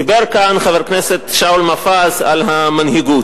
דיבר כאן חבר הכנסת שאול מופז על המנהיגות,